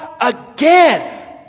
again